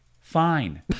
fine